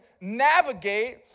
navigate